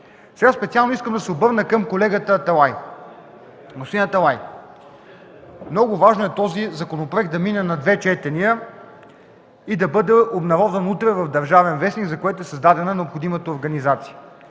Специално искам да се обърна към колегата Аталай. Господин Аталай, много важно е този законопроект да мине на две четения и да бъде обнародван утре в „Държавен вестник”, за което е създадена необходимата организация.